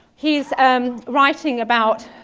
he's um writing about